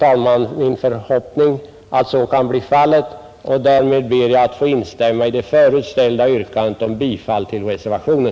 Jag ber att få instämma i yrkandet om bifall till reservationen.